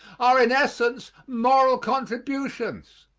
are in essence moral contributions,